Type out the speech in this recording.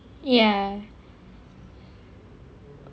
ya